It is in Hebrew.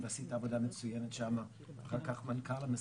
ועשית עבודה מצוינת שם ואחר כך מנכ"ל המשרד,